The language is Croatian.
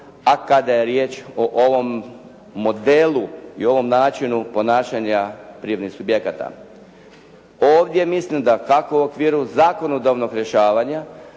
a kada je riječ o ovom modelu i ovom načinu ponašanja privrednih subjekata. Ovdje mislim da takvom okviru zakonodavnog rješavanja,